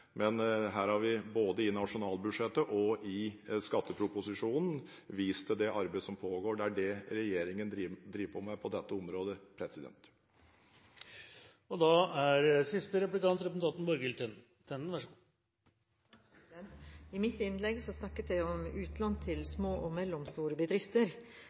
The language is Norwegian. men her har vi, både i nasjonalbudsjettet og i skatteproposisjonen, vist til det arbeidet som pågår. Det er det regjeringen driver med på dette området. I mitt innlegg snakket jeg om utlån til små og mellomstore bedrifter.